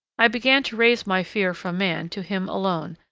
i began to raise my fear from man to him alone,